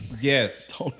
Yes